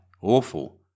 awful